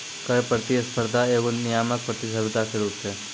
कर प्रतिस्पर्धा एगो नियामक प्रतिस्पर्धा के रूप छै